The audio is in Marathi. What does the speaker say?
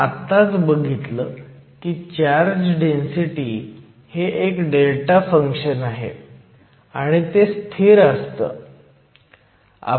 आपण आत्ताच बघितलं की चार्ज डेन्सीटी हे एक डेल्टा फंक्शन आहे आणि ते स्थिर असतं